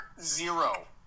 zero